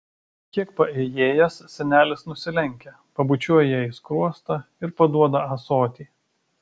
kiek paėjėjęs senelis nusilenkia pabučiuoja jai į skruostą ir paduoda ąsotį